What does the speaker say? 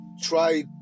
Try